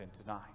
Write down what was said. tonight